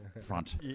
front